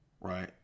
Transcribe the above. right